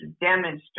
demonstrate